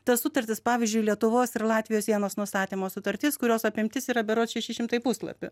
tas sutartis pavyzdžiui lietuvos ir latvijos sienos nustatymo sutartis kurios apimtis yra berods šeši šimtai puslapių